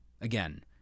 Again